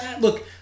Look